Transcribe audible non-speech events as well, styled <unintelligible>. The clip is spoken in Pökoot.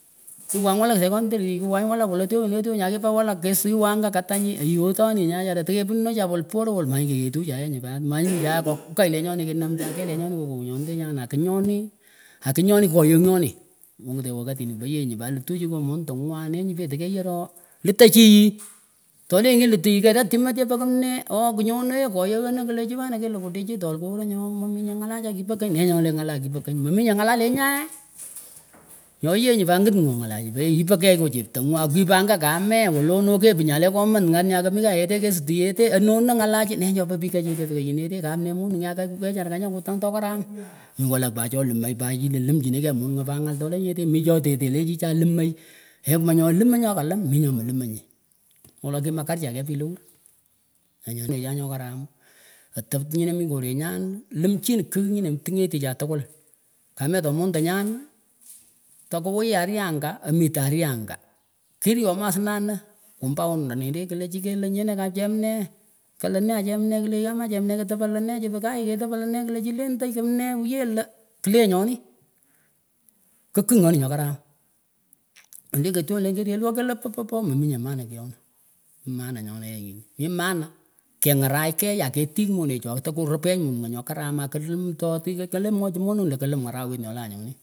Kiwang walak secondirih kiwang walak wolo kiyuni leh tyonyayh kipah walak kiingiswah katanyih aitoninyah achara tekepunuchah weluporah waluh maanyih kikeyehtuchah yeh nguh pat maanyih mitecheeyah kokay lenyonih kinamchah keyh lenyonih ngoh kakonyedenyah akh nyonih akh anyonih koyagh nyonih mengitenyeh wakati nyih pah yehnguh pat lituh chih nyoh mondengwah nenyih petah yehtinguh keyorah litah chih yih tolenyih kilituh yih kirarchihmat chepah kmnee ooh knyonah eeh koyagh anah kleh chih wenah kilukuh digital karah nyoh maminyeh ngalah lenyaeh nyohyeh nyuh pat ngit nyoh ngalah chipahyeh yipakyeh ngoh cheptangwah kwipangah kahmeh wolono kepuh nyaleh komat nyah kemih kayeteh kasituh yeteh anah anah ngala chi nechopah pikahcheteh pah kanyineteh kamnee moningheh akyeh wechara kany kutang toh karam mih walak pat chah limay pat chih le limechinikeyh moningah pat ngala tolenyeteh michah cheteh leh chihchah limay ekhmonyeh limay nyoh kali minyoh mahlimanyeh wolo kimakarchah kyeh pich lewur <unintelligible> nyokaram atap nyineh mikoreh nyah limchih kigh nyinah tingitichah tkwul kametoh mondanyah tokahwee areh anguh amitun aree angah kinyomoh asheh anah compound nyeteh kleh chih kelah nyih kechemneeh kelah née achemnee klah komah chimney ketapah lenee klah chih lenday kimnee wiyah lah klenyonih kikogh nyonih nyokaram <unintelligible> tyoninah lenchuh rwluh kalah popopoh maminyeh maanah kyonah mih maanah nyonahnyaehnguh mih maanah kengarakh kyeh aketih monechah toh kurupeh moningah nyokaram aklim toh tinih kalim mochih meningh lah slim arahwet nyolanyonih.